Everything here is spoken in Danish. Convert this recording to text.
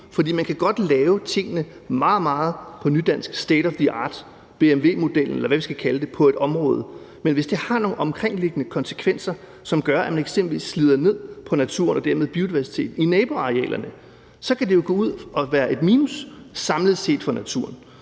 vi skal kalde det, på et område, men hvis det har nogle konsekvenser for det omkringliggende, som gør, at man eksempelvis slider ned på naturen og dermed biodiversiteten i naboarealerne, så kan det jo gå ud og blive et minus samlet set for naturen.